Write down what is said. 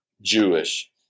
Jewish